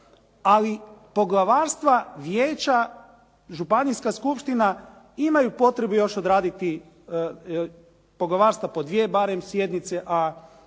Ali poglavarstva, vijeća, županijska skupština imaju potrebu još odraditi poglavarstva po dvije barem sjednice,